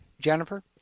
Jennifer